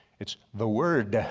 it's the word,